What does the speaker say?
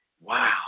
Wow